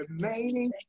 remaining